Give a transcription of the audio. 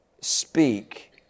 speak